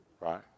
Right